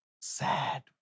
sad